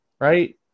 right